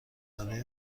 برای